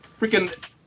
freaking